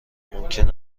ممکن